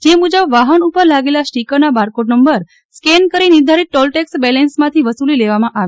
જે મુજબ વાહન ઉપર લાગેલા સ્ટિકરના બારકોડ નંબર સ્કેન કરી નિર્ધારિત ટોલટેક્સ બેલેન્સમાંથી વસૂલી લેવામાં આવે